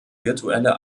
virtuelle